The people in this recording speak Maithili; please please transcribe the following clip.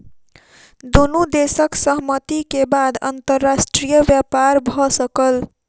दुनू देशक सहमति के बाद अंतर्राष्ट्रीय व्यापार भ सकल